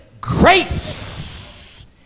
grace